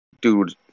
Dude